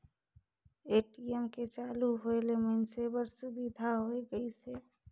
ATM के चालू होय ले मइनसे बर सुबिधा होय गइस हे